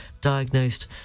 diagnosed